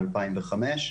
מ-2005.